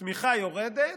הצמיחה יורדת,